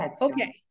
Okay